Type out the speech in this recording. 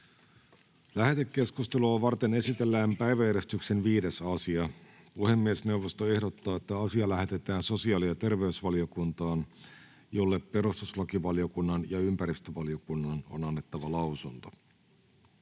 Lähetekeskustelua varten esitellään päiväjärjestyksen 5. asia. Puhemiesneuvosto ehdottaa, että asia lähetetään sosiaali- ja terveysvaliokuntaan, jolle perustuslakivaliokunnan ja ympäristövaliokunnan on annettava lausunto.